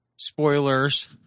spoilers